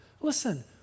listen